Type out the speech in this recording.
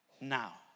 now